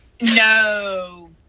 No